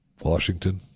Washington